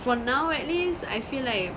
for now at least I feel like